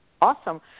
Awesome